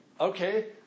Okay